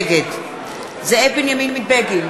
נגד זאב בנימין בגין,